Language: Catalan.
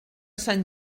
sant